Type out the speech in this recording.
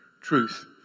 Truth